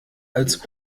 als